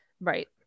right